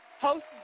host